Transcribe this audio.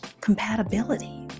compatibility